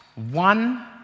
One